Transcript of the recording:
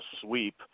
sweep